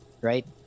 right